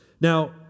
Now